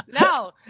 no